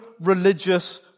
religious